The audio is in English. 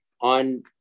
On